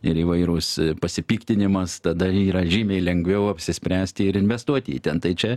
ir įvairūs pasipiktinimas tada yra žymiai lengviau apsispręsti ir investuoti į ten tai čia